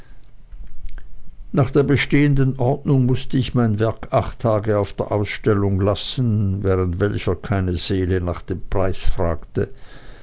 nach der bestehenden ordnung mußte ich mein werk acht tage auf der ausstellung lassen während welcher keine seele nach seinem preise fragte